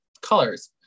colors